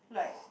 like